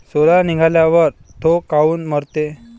सोला निघाल्यावर थो काऊन मरते?